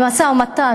במשא-ומתן,